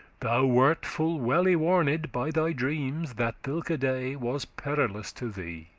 thou wert full well y-warned by thy dreams that thilke day was perilous to thee.